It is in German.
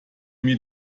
mir